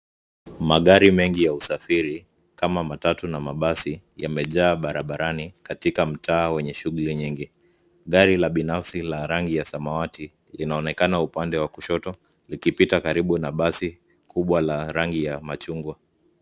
Magari mengi ya usafiri kama matatu na mabasi yamejaa barabarani katika mtaa wenye shughuli nyingi, gari la binafsi la rangi ya samawati, linaonekana upande wa kushoto likipita karibu na basi kubwa la rangi ya machungwa.